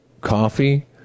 coffee